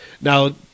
Now